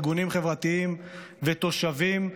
ארגונים חברתיים ותושבים,